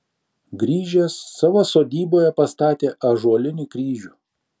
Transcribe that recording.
grįžęs savo sodyboje pastatė ąžuolinį kryžių